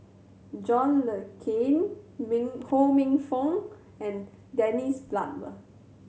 John Le Cain Min Ho Minfong and Dennis Bloodworth